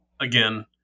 again